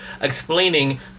explaining